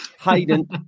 Hayden